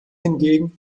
hingegen